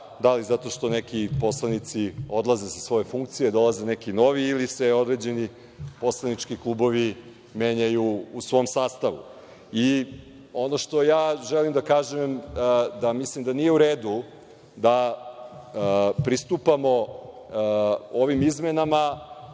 da li zato što neki poslanici odlaze sa svoje funkcije, dolaze neki novi, ili se određeni poslanički klubovi menjaju u svom sastavu. Ono što želim da kažem, mislim da nije u redu pristupamo ovim izmenama,